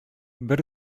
бер